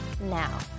now